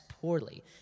poorly